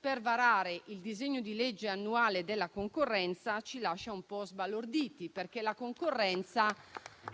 per varare il disegno di legge annuale per la concorrenza ci lascia un po' sbalorditi, perché la legge per la concorrenza